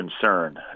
concern